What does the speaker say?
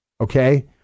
okay